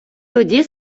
тоді